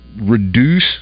reduce